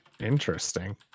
Interesting